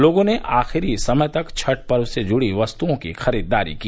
लोगों ने आखिरी समय तक छठ पर्व से जुड़ी वस्तुओं की खरीददारी की